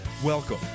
Welcome